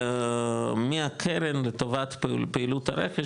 מהקרן לטובת פעילות הרכש,